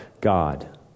God